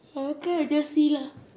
okay I just see lah